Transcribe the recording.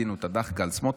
מיצינו את הדחקה על סמוטריץ',